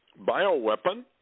bioweapon